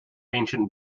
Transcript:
ancient